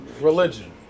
Religion